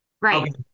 Right